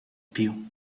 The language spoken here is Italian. più